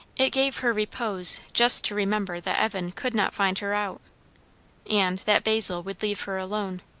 it gave her repose just to remember that evan could not find her out and that basil would leave her alone.